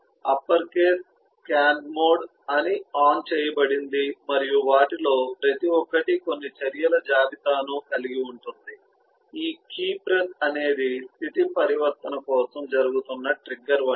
upper case scan mode on చేయబడింది మరియు వాటిలో ప్రతి ఒక్కటి కొన్ని చర్యల జాబితాను కలిగి ఉంటుంది ఈ కీ ప్రెస్ అనేది స్థితి పరివర్తన కోసం జరుగుతున్న ట్రిగ్గర్ వంటిది